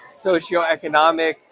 socioeconomic